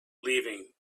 leaving